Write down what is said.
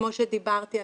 כמו שאמרתי,